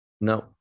No